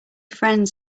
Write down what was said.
friends